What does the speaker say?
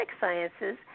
sciences